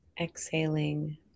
Exhaling